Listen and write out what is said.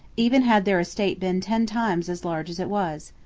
even had their estate been ten times as large as it was.